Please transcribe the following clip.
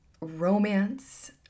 romance